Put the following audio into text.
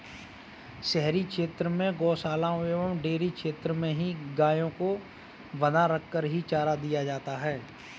शहरी क्षेत्र में गोशालाओं एवं डेयरी क्षेत्र में ही गायों को बँधा रखकर ही चारा दिया जाता है